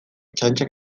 txantxak